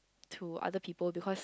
to other people because